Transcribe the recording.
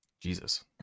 Jesus